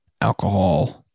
alcohol